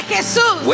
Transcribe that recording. Jesus